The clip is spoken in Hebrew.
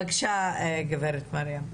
בקשה גברת מרים.